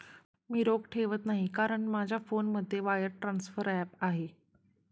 मी रोख ठेवत नाही कारण माझ्या फोनमध्ये वायर ट्रान्सफर ॲप आहे